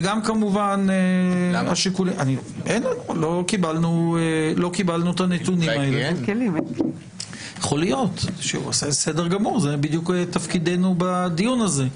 וגם כמובן ----- לא קיבלנו את הנתונים וזה בדיוק תפקידנו בדיון הזה,